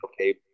okay